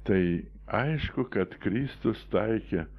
tai aišku kad kristus taikė